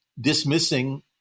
dismissing